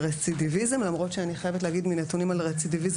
על רצידיביזם למרות שאני חייבת להגיד שמנתונים על רצידיביזם,